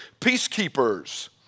Peacekeepers